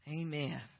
amen